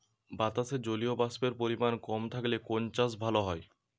বাতাসে জলীয়বাষ্পের পরিমাণ কম থাকলে কোন চাষ ভালো হয়?